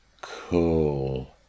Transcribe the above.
Cool